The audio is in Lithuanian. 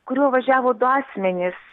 kuriuo važiavo du asmenys